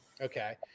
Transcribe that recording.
okay